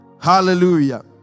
Hallelujah